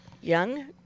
young